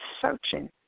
searching